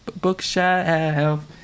bookshelf